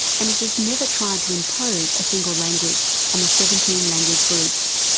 and it has never tried to impose a single language on the seventeen language groups.